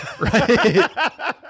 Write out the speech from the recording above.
Right